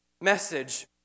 message